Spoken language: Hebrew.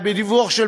אלא בדיווח של